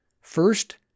First